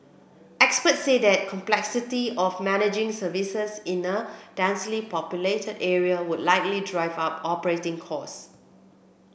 expert say that complexity of managing services in a densely populated area would likely drive up operating costs